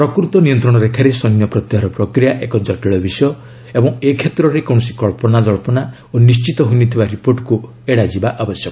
ପ୍ରକୃତ ନିୟନ୍ତ୍ରଣରେଖାରେ ସୈନ୍ୟ ପ୍ରତ୍ୟାହାର ପ୍ରକ୍ରିୟା ଏକ ଜଟିଳ ବିଷୟ ଓ ଏ କ୍ଷେତ୍ରରେ କୌଣସି କ୍ସବ୍ଧନା କିମ୍ବା ନିଶ୍ଚିତ ହୋଇନଥିବା ରିପୋର୍ଟକୁ ଏଡାଯିବା ଉଚିତ୍